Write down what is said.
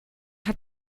hat